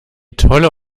tolle